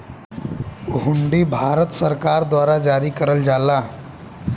हुंडी भारत सरकार द्वारा जारी करल जाला